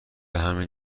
همین